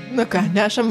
nu ką nešam